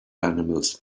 animals